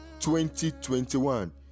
2021